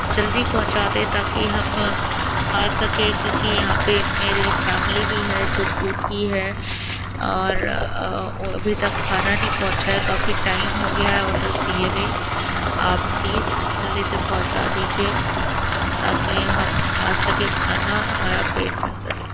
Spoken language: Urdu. جلدی پہنچا دیں تاکہ ہم کھا سکیں کیوںکہ یہاں پہ میرے فیملی بھی ہے جو بھوکی ہے اور ابھی تک کھانا ںہیں پہنچا کافی ٹائم ہو گیا ہے آڈر دیے ہوئے آپ پلیز جلدی سے پہنچا دیجیے تاکہ ہم کھا سکیں کھانا اور ہمارا پیٹ بھر جائے